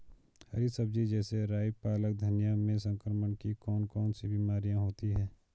हरी सब्जी जैसे राई पालक धनिया में संक्रमण की कौन कौन सी बीमारियां होती हैं?